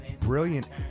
brilliant